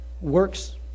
works